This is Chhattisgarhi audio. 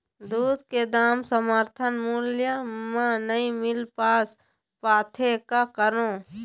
दूध के दाम समर्थन मूल्य म नई मील पास पाथे, का करों?